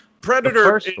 Predator